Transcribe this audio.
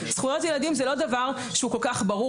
זכויות ילדים הוא לא דבר שהוא כול כך ברור.